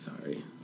Sorry